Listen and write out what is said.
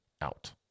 out